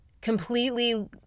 completely